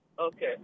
Okay